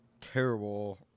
Terrible